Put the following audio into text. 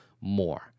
more